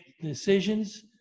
decisions